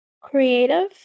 Creative